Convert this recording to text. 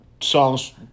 songs